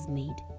made